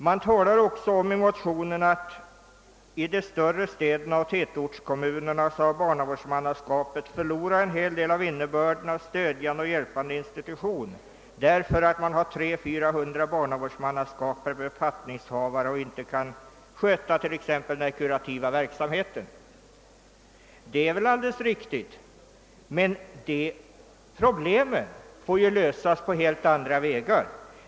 Man talar också i motionen om att i de större städerna och tätortskommunerna barnavårdsmannaskapet har förlorat en hel del av innebörden stödjande och hjälpande institution, därför att en barnavårdsman kan ha 300—400 barnavårdsmannaskap så att t.ex. den kurativa verksamheten inte kan skötas. Det är alldeles riktigt men de problemen får lösas på helt andra vägar.